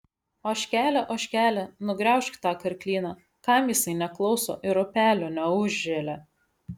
ožkele ožkele nugraužk tą karklyną kam jisai neklauso ir upelio neužželia